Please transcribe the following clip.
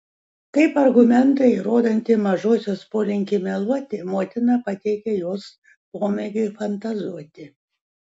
kaip argumentą įrodantį mažosios polinkį meluoti motina pateikė jos pomėgį fantazuoti